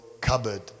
cupboard